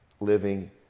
living